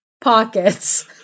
Pockets